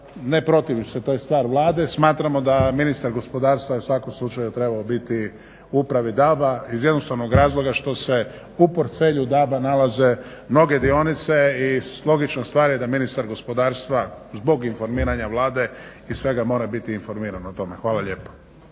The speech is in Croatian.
ne protivim se to je stvar Vlade, smatramo da ministar gospodarstva u svakom slučaju trebao biti upravi DAB-a iz jednostavnog razloga što se u portfelju DAB-a nalaze mnoge dionice i logična stvar da ministar gospodarstva zbog informiranja vlade i svega mora informiran o tome. Hvala lijepa.